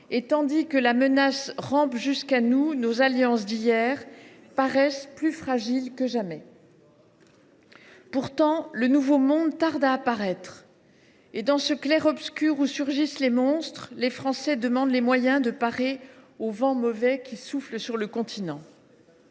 et, tandis que la menace rampe jusqu’à nous, nos alliances d’hier paraissent plus fragiles que jamais. Pourtant, le nouveau monde tarde à apparaître et, dans ce clair obscur où surgissent les monstres, les Français demandent les moyens de parer au vent mauvais qui souffle sur le continent.